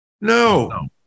No